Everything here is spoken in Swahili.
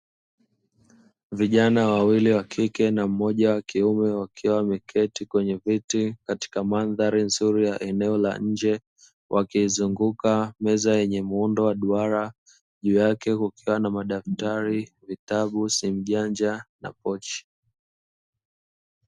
Vijana wawili wa kike na mmoja wa kiume, wakiwa wameketi kwenye viti, katika mandhari nzuri ya eneo la nje. Wakizunguka meza yenye muundo wa duara. Juu yake kukiwa na madaftari, vitabu, simujanja na pochi.